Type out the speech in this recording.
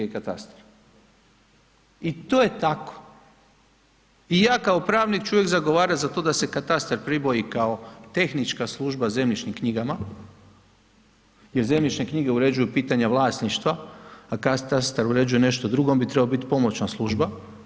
ja kao pravnik ću uvijek zagovarati za to, da se katastar priboji kao tehnička služba zemljišnim knjigama, jer zemljišne knjige uređuju pitanja vlasništva, a katastar uređuje nešto drugo, on bi trebao biti pomoćna služba.